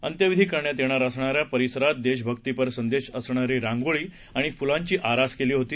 अंत्यविधी करण्यात येणार असणाऱ्या परिसरात देशभक्तीपर संदेश असणारी रांगोळी आणि फ्लांची आरास केली होती